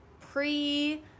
pre-